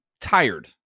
tired